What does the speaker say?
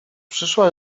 przyszła